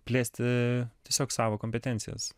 plėsti tiesiog savo kompetencijas